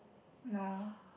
no